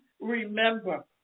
remember